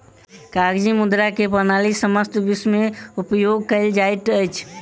कागजी मुद्रा के प्रणाली समस्त विश्व में उपयोग कयल जाइत अछि